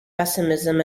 pessimism